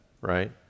Right